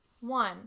one